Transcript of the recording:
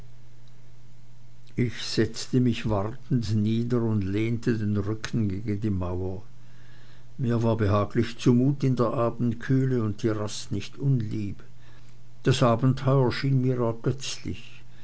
ich setzte mich wartend nieder und lehnte den rücken gegen die mauer mir war behaglich zumut in der abendkühle und die rast nicht unlieb das abenteuer schien mir